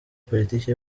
politike